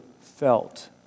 felt